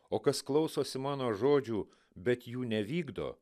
o kas klausosi mano žodžių bet jų nevykdo